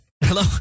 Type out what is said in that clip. Hello